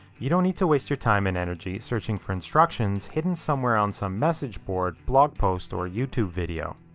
you don't need to waste your time and energy searching for instructions hidden somewhere on some message, board blog post, or youtube video.